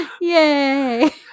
yay